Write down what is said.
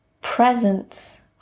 presence